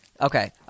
okay